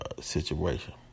situation